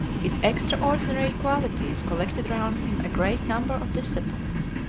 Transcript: his extraordinary qualities collected round him a great number of disciples.